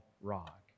rock